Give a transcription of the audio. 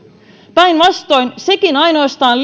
päinvastoin nekin ainoastaan